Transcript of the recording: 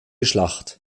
schlacht